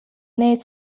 need